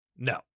No